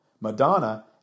Madonna